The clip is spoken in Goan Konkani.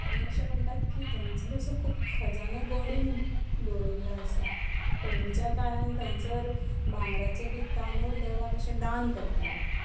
आनी अशें म्हणटात की थंयसर असो खूब खजानो गडून दवरिल्लो आसा पयलींच्या काळांत थंयसर भांगराचे बी तांदूळ देवाक अशे धान करताले